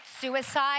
suicide